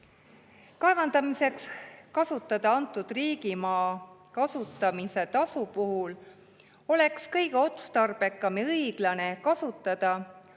Kaevandamiseks kasutada antud riigimaa kasutamise tasu puhul oleks kõige otstarbekam ja õiglasem kasutada